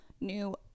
new